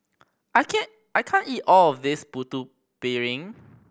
I can I can't eat all of this Putu Piring